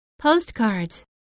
postcards